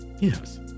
Yes